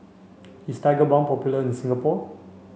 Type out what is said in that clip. is Tigerbalm popular in Singapore